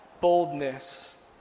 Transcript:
boldness